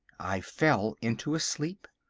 i fell into a sleep,